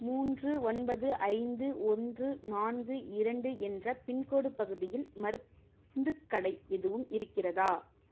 மூன்று ஒன்பது ஐந்து ஒன்று நான்கு இரண்டு என்ற பின்கோடு பகுதியில் மருந்துக் கடை எதுவும் இருக்கிறதா